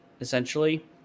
essentially